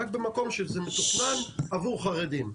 רק במקום שזה מתוכנן עבור חרדים'.